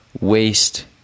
waste